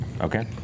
Okay